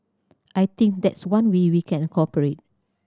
I think that's one way we can corporate